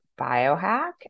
biohack